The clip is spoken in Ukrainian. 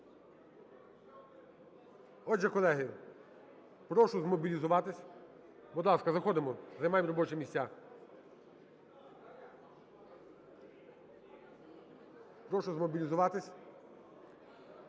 Отже, колеги, прошу змобілізуватися. Прошу, заходимо, займаємо робочі місця. прошу змобілізуватися.